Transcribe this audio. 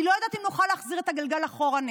אני לא יודעת אם נוכל להחזיר את הגלגל אחורנית.